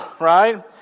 Right